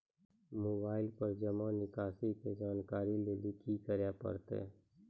Mobile पर जमा निकासी के जानकरी लेली की करे परतै?